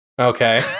okay